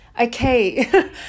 Okay